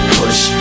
push